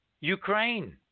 Ukraine